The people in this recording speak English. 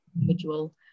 individual